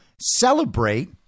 celebrate